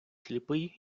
сліпий